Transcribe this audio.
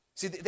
See